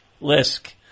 Lisk